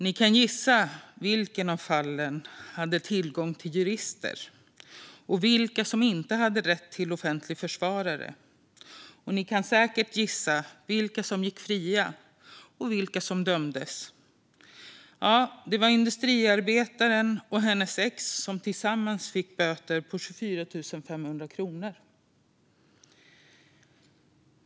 Ni kanske kan gissa i vilket av fallen man hade tillgång till jurister och i vilket man inte hade rätt till offentlig försvarare. Ni kan säkert också gissa vilka som gick fria och vilka som dömdes. Ja, det var industriarbetaren och hennes ex. De fick tillsammans betala böter på 24 500 kronor.